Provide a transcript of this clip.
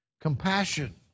compassion